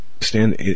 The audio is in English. stand